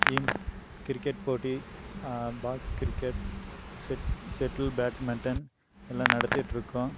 இம் cricket போட்டி box cricket set செட்டில் badminton எல்லாம் நடத்திட்டிருக்கோம்